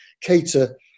cater